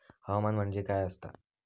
हवामान म्हणजे काय असता?